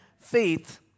faith